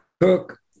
cook